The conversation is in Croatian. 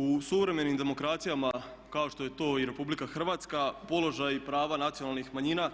U suvremenim demokracijama kao što je to i Republika Hrvatska, položaj i prava nacionalnih manjina